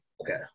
Okay